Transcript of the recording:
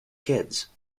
kids